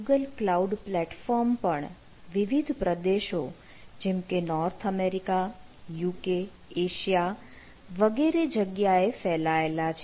Google cloud platform પણ વિવિધ પ્રદેશો જેમકે નોર્થ અમેરિકા UK એશિયા વગેરે જગ્યાએ ફેલાયેલા છે